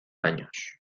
años